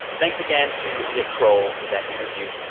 thanks again to nick kroll for that interview.